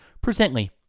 Presently